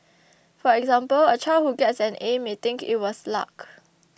for example a child who gets an A may think it was luck